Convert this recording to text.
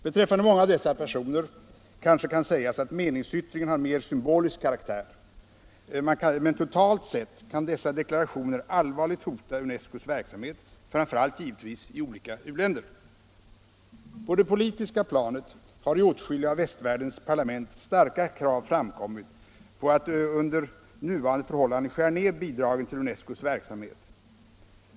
Beträffande många av dessa personer kan sägas att meningsyttringen har mer symbolisk karaktär, men totalt sett kan deklarationerna allvarligt hota UNESCO:s verksamhet, framför allt givetvis i olika u-länder. På det politiska planet har i åtskilliga av västvärldens parlament starka krav framkommit på att man under nuvarande förhållanden skall skära ned bidragen till UNESCO:s verksamhet.